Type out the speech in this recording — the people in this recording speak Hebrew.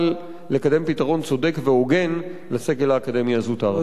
לקדם פתרון צודק והוגן לסגל האקדמי הזוטר.